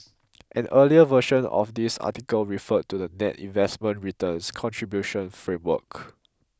an earlier version of this article referred to the net investment returns contribution framework